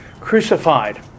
crucified